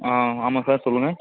ஆ ஆமாம் சார் சொல்லுங்கள்